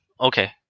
Okay